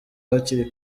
hakiri